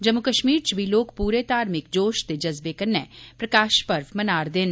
जम्मू कश्मीर च बी लोक पूरे धार्मिक जोष ते जज़बे कन्नै प्रकाश पर्व मना'रदे न